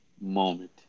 moment